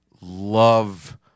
love